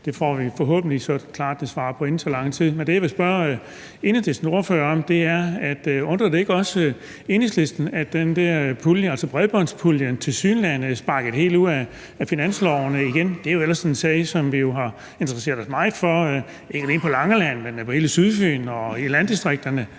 Det får vi så forhåbentlig et klart svar på inden så lang tid. Men det, jeg vil spørge Enhedslistens ordfører om, er, om det ikke også undrer Enhedslisten, at den der pulje, altså bredbåndspuljen, tilsyneladende er sparket helt ud af finanslovene igen. Det er jo ellers en sag, som vi har interesseret os meget for – ikke alene på Langeland, men på hele Sydfyn og i landdistrikterne.